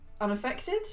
unaffected